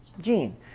gene